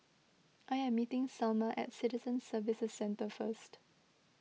I am meeting Selma at Citizen Services Centre first